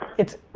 it's.